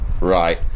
right